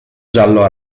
giallo